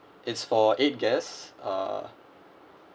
it's for eight guests uh